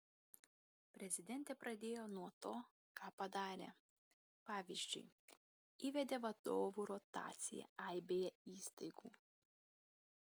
prezidentė pradėjo nuo to ką padarė pavyzdžiui įvedė vadovų rotaciją aibėje įstaigų